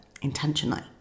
intentionally